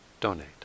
donate